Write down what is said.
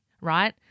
right